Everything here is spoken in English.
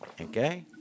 okay